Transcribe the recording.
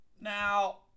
Now